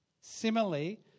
similarly